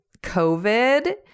COVID